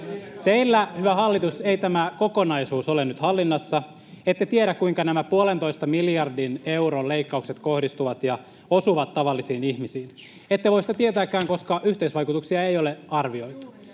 Teillä, hyvä hallitus, ei tämä kokonaisuus ole nyt hallinnassa. Ette tiedä, kuinka nämä puolentoista miljardin euron leikkaukset kohdistuvat ja osuvat tavallisiin ihmisiin. Ette voi sitä tietääkään, koska yhteisvaikutuksia ei ole arvioitu.